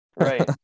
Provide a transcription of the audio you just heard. right